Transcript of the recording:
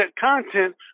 content